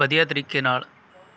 ਵਧੀਆ ਤਰੀਕੇ ਨਾਲ